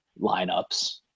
lineups